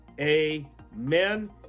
Amen